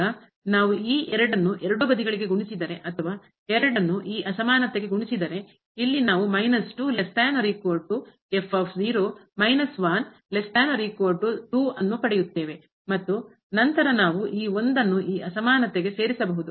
ಈಗ ನಾವು ಈ ಅನ್ನು ಎರಡೂ ಬದಿಗಳಿಗೆ ಗುಣಿಸಿದರೆ ಅಥವಾ ನ್ನು ಈ ಅಸಮಾನತೆಗೆ ಗುಣಿಸಿದರೆ ಇಲ್ಲಿ ನಾವು ಅನ್ನು ಪಡೆಯುತ್ತೇವೆ ಮತ್ತು ನಂತರ ನಾವು ಈ ಅನ್ನು ಈ ಅಸಮಾನತೆಗೆ ಸೇರಿಸಬಹುದು